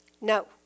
no